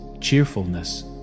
cheerfulness